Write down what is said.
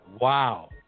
Wow